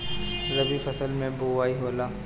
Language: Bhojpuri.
रबी फसल मे बोआई होला?